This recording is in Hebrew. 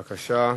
בבקשה,